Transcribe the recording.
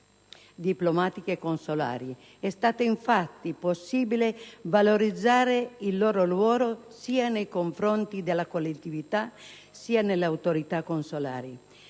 diplomatico-consolari. È stato infatti possibile valorizzare il loro ruolo nei confronti sia delle collettività, sia dell'autorità consolare.